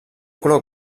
color